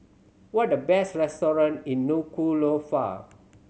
what are the best restaurant in Nuku'alofa